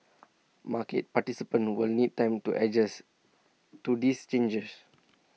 market participants will need time to adjust to these changes